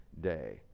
Day